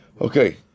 Okay